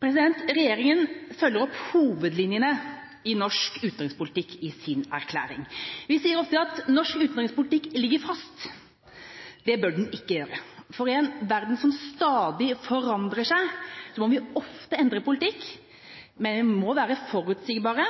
Regjeringa følger opp hovedlinjene i norsk utenrikspolitikk i sin erklæring. Vi sier ofte at norsk utenrikspolitikk ligger fast. Det bør den ikke gjøre, for i en verden som stadig forandrer seg, må vi ofte endre politikk, men vi må være forutsigbare